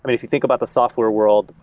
if you think about the software world,